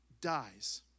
dies